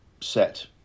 set